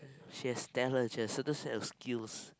she has Stella she has certain set of skills